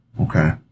Okay